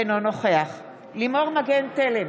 אינו נוכח לימור מגן תלם,